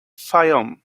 fayoum